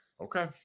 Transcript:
Okay